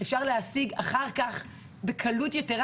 אבל אפשר להשיג אותם אחר כך בקלות יתרה